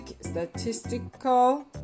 Statistical